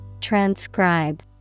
transcribe